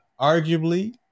arguably